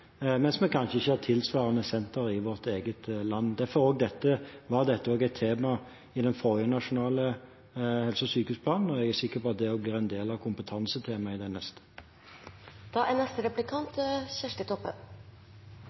mens vi kanskje ikke har tilsvarende senter i vårt eget land. Derfor var dette et tema i den forrige nasjonale helse- og sykehusplanen, og jeg er sikker på at det også blir en del av kompetansetemaet i den neste.